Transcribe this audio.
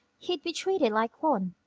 he'd be treated like one.